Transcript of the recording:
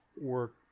work